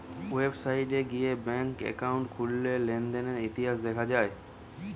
website গিয়ে bank account খুললে লেনদেনের ইতিহাস দেখা যায়